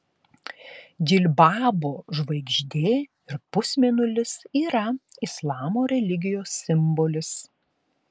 džilbabo žvaigždė ir pusmėnulis yra islamo religijos simbolis